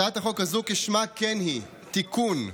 הצעת החוק הזו כשמה כן היא, תיקון,